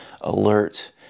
alert